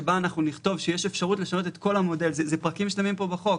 שבה נכתוב שיש אפשרות לשנות את כל המודל זה פרקים שלמים פה בחוק,